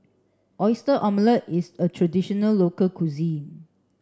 Oyster Omelette is a traditional local cuisine